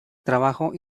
trabajo